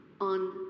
on